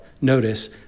Notice